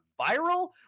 viral